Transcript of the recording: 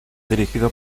dirigido